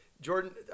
Jordan